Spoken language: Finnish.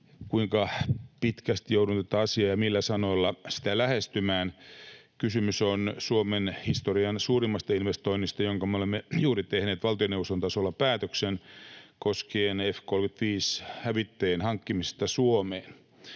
kuinka pitkästi joudun tätä asiaa ja millä sanoilla sitä lähestymään. Kysymys on Suomen historian suurimmasta investoinnista, josta me olemme juuri tehneet valtioneuvoston tasolla päätöksen, koskien F-35‑hävittäjien hankkimista Suomeen.